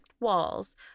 walls